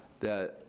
that,